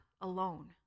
alone